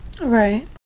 Right